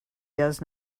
does